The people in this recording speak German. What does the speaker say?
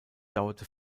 dauerte